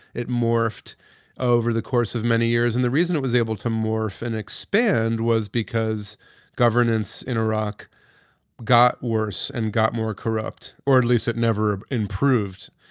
it morphed over the course of many years. and the reason it was able to morph and expand was because governance in iraq got worse and got more corrupt, or at least it never ah improved.